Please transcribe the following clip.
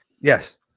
Yes